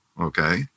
Okay